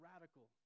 radical